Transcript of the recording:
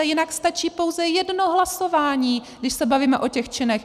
Jinak stačí pouze jedno hlasování, když se bavíme o těch činech.